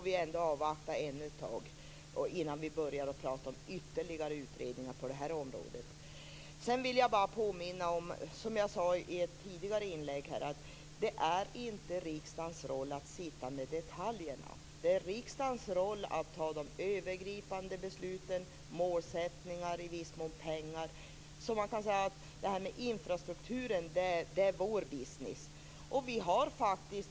Vi må avvakta ännu ett tag innan vi börjar att prata om ytterligare utredningar på den här området. Sedan vill jag påminna om det jag sade i ett tidigare inlägg. Det är inte riksdagens roll att sitta med detaljerna. Det är riksdagens roll att fatta de övergripande besluten om målsättningar och viss mån pengar. Man kan säga att detta med infrastrukturen är vår business.